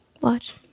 watch